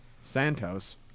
Santos